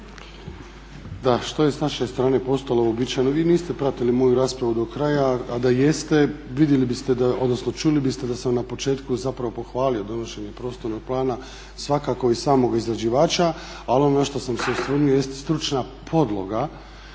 Da, što je s naše strane postalo uobičajeno, vi niste pratili moju raspravu do kraj, a da jeste vidjeli biste, odnosno čuli biste da sam na početku zapravo pohvalio donošenje prostornog plana svakako i samog izrađivača, ali ono na šta sam se osvrnuo jest stručna podloga